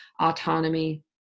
autonomy